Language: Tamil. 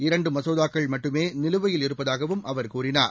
இரண்டு மசோதாக்கள் மட்டுமே நிலுவையில் இருப்பதாகவும் அவர் கூறினார்